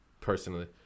Personally